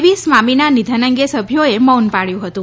વી સ્વામીના નિધન અંગે સભ્યોએ મૌન પાળ્યુ હતુ